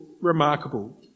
remarkable